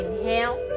Inhale